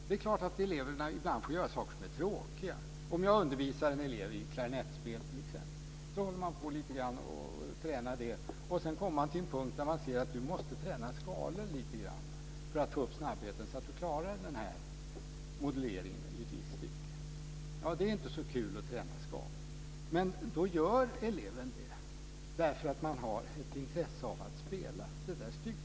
Det är klart att eleverna ibland får göra saker som är tråkiga. När man t.ex. undervisar en elev i klarinettspel tränar man lite grann melodispel men kommer sedan till en punkt där eleven måste träna några skalor för att få upp snabbheten och moduleringen i ett visst stycke. Det är inte så kul att träna skalor, men eleven gör det därför att han eller hon har ett intresse av att kunna spela detta stycke.